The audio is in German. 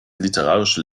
literarische